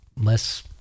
less